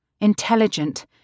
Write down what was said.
intelligent